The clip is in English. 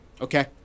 Okay